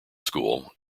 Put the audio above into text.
school